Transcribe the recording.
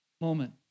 moment